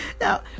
Now